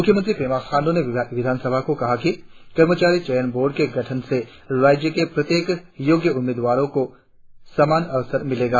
मुख्यमंत्री पेमा खाण्ड्र ने विधानसभा में कहा कि कर्मचारी चयन बोर्ड के गठन से राज्य के प्रत्येक योग्य उम्मीदवार को समान अवसर मिलेगा